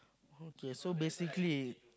okay so basically